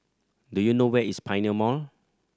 do you know where is Pioneer Mall